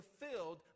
fulfilled